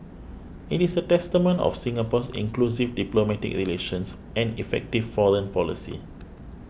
it is a testament of Singapore's inclusive diplomatic relations and effective foreign policy